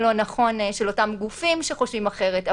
לא נכון של אותם גופים שחושבים אחרת.